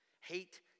Hate